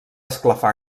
esclafar